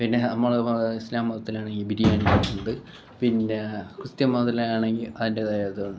പിന്നെ നമ്മൾ ഇസ്ലാം മതത്തിലാണെങ്കിൽ ബിരിയാണി അതുണ്ട് പിന്നെ ക്രിസ്ത്യൻ മതത്തിൽ ആണെങ്കിൽ അതിൻ്റേതായതുണ്ട്